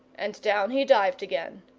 and down he dived again.